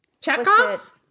Chekhov